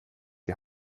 die